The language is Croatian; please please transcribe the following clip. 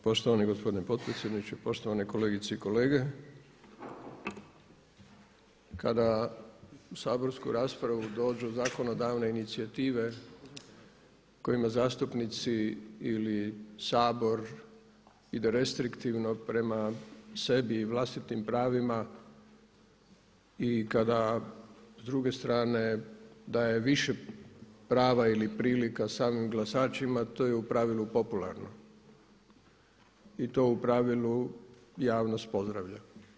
Poštovani gospodine potpredsjedniče, poštovane kolegice i kolege kada u saborsku raspravu dođu zakonodavne inicijative kojima zastupnici ili Sabor ide restriktivno prema sebi i vlastitim pravima i kada s druge strane daje više prava ili prilika samim glasačima to je u pravilu popularno i to u pravilu javnost pozdravlja.